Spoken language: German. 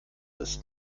ist